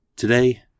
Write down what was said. Today